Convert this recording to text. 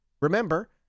Remember